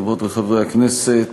חברות וחברי הכנסת,